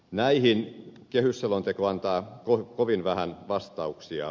näihin kehysselonteko antaa kovin vähän vastauksia